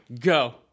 Go